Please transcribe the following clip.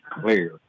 clear